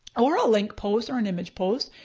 or a link post or an image post.